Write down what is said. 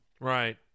right